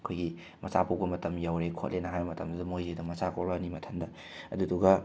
ꯑꯩꯈꯣꯏꯒꯤ ꯃꯆꯥ ꯄꯣꯛꯄ ꯃꯇꯝ ꯌꯧꯔꯦ ꯈꯣꯠꯂꯦꯅ ꯍꯥꯏꯕ ꯃꯇꯝꯁꯤꯗ ꯃꯣꯏꯁꯤ ꯑꯗ ꯃꯆꯥ ꯄꯣꯛꯂꯛꯑꯅꯤ ꯃꯊꯟꯇ ꯑꯗꯨꯗꯨꯒ